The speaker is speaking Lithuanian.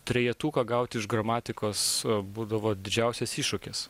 trejetuką gauti iš gramatikos būdavo didžiausias iššūkis